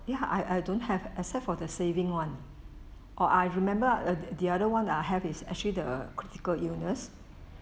ya I I don't have except for the saving [one] or I remember err the other [one] that I have is actually the critical illness